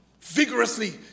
vigorously